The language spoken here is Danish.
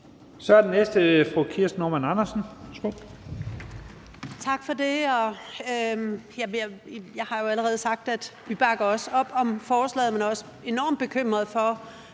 Værsgo. Kl. 14:58 Kirsten Normann Andersen (SF): Tak for det. Jeg har jo allerede sagt, at vi også bakker op om forslaget, men at vi også er enormt bekymrede for,